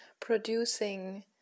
producing